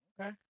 Okay